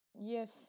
Yes